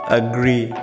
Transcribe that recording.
agree